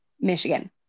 Michigan